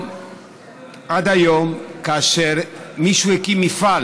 עד היום, כאשר מישהו הקים מפעל